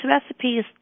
recipes